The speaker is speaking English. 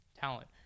talent